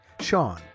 Sean